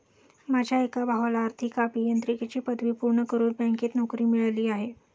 माझ्या एका भावाला आर्थिक अभियांत्रिकीची पदवी पूर्ण करून बँकेत नोकरी मिळाली आहे